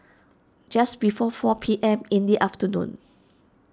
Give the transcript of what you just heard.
just before four P M in the afternoon